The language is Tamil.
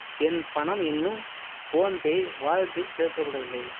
என் பணம் இன்னும் ஃபோன்பே வாலெட்டில் சேர்க்கப்படவில்லை